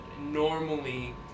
normally